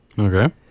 Okay